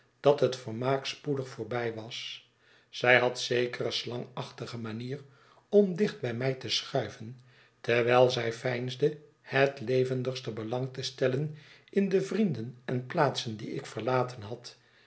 dat het vermaak spoedig voorbij was zij had zekere slangachtige manier om dicht bij mij te schuiven terwijl zij veinsde het levendigste belang te stellen in de vrienden en plaatsen die ik verlaten had